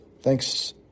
Thanks